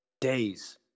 days